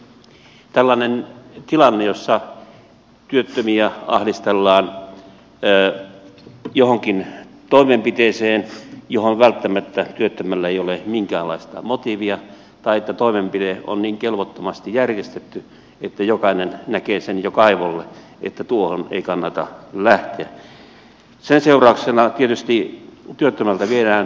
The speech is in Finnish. jos on tällainen tilanne jossa työttömiä ahdistellaan johonkin toimenpiteeseen johon välttämättä työttömällä ei ole minkäänlaista motiivia tai joka on niin kelvottomasti järjestetty että jokainen näkee sen jo kaivolle että tuohon ei kannata lähteä niin sen seurauksena tietysti työttömältä viedään kaikki tulot